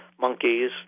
monkeys